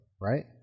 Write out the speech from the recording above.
right